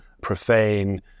profane